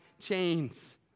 chains